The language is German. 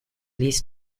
ließ